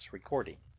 recording